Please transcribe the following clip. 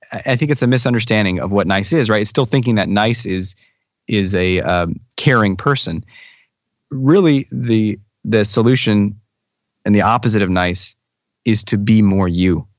i think it's a misunderstanding of what nice is. still thinking that nice is is a a caring person really, the the solution and the opposite of nice is to be more you.